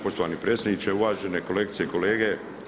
Poštovani predsjedniče, uvažene kolegice i kolege.